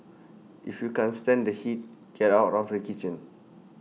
if you can't stand the heat get out of the kitchen